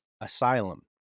asylum